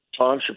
Tom